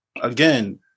again